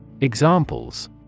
Examples